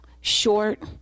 short